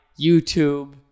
YouTube